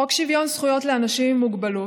חוק שוויון זכויות לאנשים עם מוגבלות,